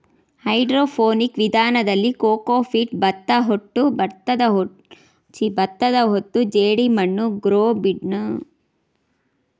hydroponic ವಿಧಾನದಲ್ಲಿ cocopeat, ಭತ್ತದಹೊಟ್ಟು ಜೆಡಿಮಣ್ಣು ಗ್ರೋ ಬೆಡ್ನಲ್ಲಿ ಗಿಡಗಳನ್ನು ಬೆಳೆಸಿ ಪೋಷಿಸುತ್ತಾರೆ